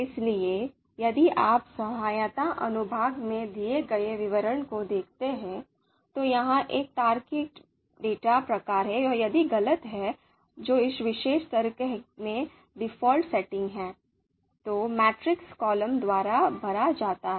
इसलिए यदि आप सहायता अनुभाग में दिए गए विवरण को देखते हैं तो यह एक तार्किक डेटा प्रकार है और यदि गलत है जो इस विशेष तर्क के लिए डिफ़ॉल्ट सेटिंग है तो मैट्रिक्स कॉलम द्वारा भरा जाता है